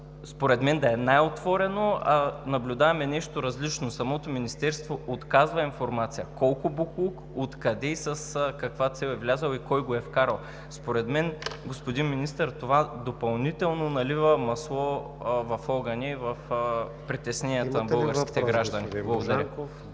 според мен трябва да е най-отворено, а наблюдаваме нещо различно – самото Министерство отказва информация колко боклук, откъде и с каква цел е влязъл и кой го е вкарал. Според мен, господин Министър, това допълнително налива масло в огъня и в притесненията на българските граждани.